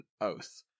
oath